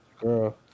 Girl